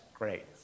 great